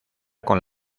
con